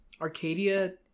arcadia